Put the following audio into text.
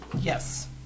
Yes